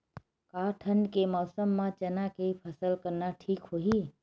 का ठंडा के मौसम म चना के फसल करना ठीक होही?